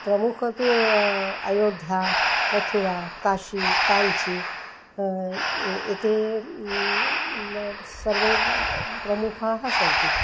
प्रमुखं तु अयोध्या मथुरा काशी काञ्ची एते सर्वे प्रमुखाः सन्ति